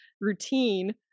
routine